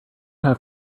have